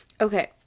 Okay